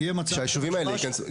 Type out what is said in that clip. שהיישובים האלה ייכנסו.